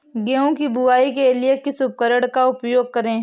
गेहूँ की बुवाई के लिए किस उपकरण का उपयोग करें?